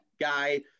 guy